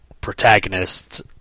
protagonists